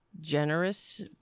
generous